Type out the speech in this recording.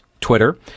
Twitter